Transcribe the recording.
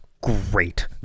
great